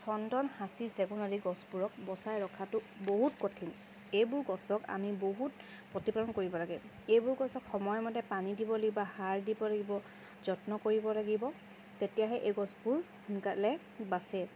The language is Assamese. চন্দন সাঁচি চেগুণ আদি গছবোৰক বচাই ৰখাটো বহুত কঠিন এইবোৰ গছক আমি বহুত প্ৰতিপালন কৰিব লাগে এইবোৰ গছক সময়মতে পানী দিব লাগিব সাৰ দিব লাগিব যত্ন কৰিব লাগিব তেতিয়াহে এই গছবোৰ সোনকালে বাচে